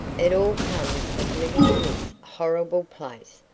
it all comes of living in this horrible place.